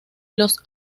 los